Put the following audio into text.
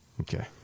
Okay